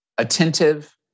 attentive